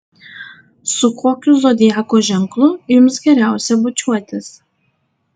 su kokiu zodiako ženklu jums geriausia bučiuotis